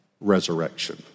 resurrection